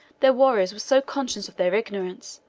their warriors were so conscious of their ignorance,